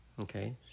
Okay